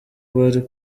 bari